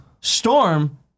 Storm